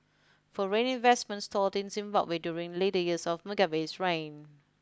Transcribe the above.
foreign investment stalled in Zimbabwe during the later years of Mugabe's reign